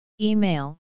Email